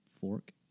fork